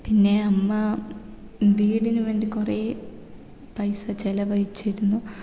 പിന്നെ അമ്മ വീടിനു വേണ്ടി കുറേ പൈസ ചിലവഴിച്ചിരുന്നു